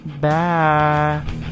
bye